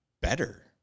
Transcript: better